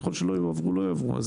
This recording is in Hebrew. ככל שלא יועברו לא יועברו.